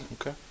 Okay